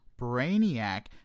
Brainiac